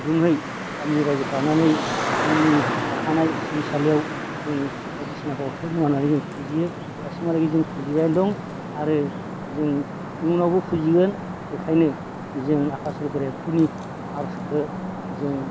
गुदुङै गामि रायजोखौ लानानै जोंनि थाखानाय सिबिसालियाव जों बायदिसिना बावथाय मावनानै जों फुजियो दासिमहालागि जों फुजिबायानो दं आरो जों इयुनावबो फुजिगोन बेखायनो जों आफा इसोर बोराइ बाथौनि आर'जखो जों